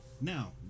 Now